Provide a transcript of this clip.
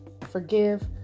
forgive